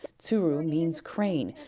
tsuru means crane,